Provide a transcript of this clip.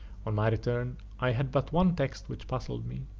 on my return i had but one text which puzzled me,